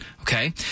okay